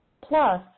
plus